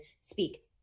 speak